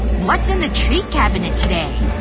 what's in the treat cabinet today? oooh!